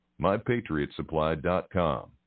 MyPatriotSupply.com